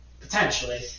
potentially